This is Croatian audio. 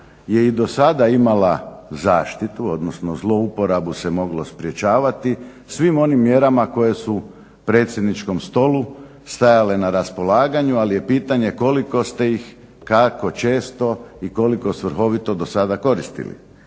je i do sada imala zaštitu, odnosno zlouporabu se moglo sprječavati svim onim mjerama koje su predsjedničkom stolom stajale na raspolaganju ali je pitanje koliko ste ih, kako često i koliko svrhoviti do sada koristili.